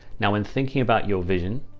now in thinking about your vision,